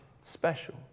special